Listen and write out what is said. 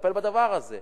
לטפל בדבר הזה.